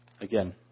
Again